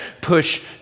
push